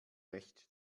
recht